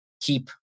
keep